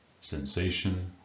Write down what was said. sensation